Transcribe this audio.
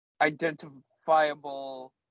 identifiable